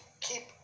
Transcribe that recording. keep